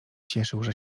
cieszył